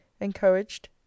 encouraged